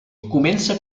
comença